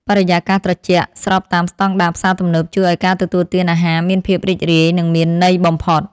បរិយាកាសត្រជាក់ស្របតាមស្តង់ដារផ្សារទំនើបជួយឱ្យការទទួលទានអាហារមានភាពរីករាយនិងមានន័យបំផុត។